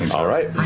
all right,